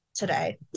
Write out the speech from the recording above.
today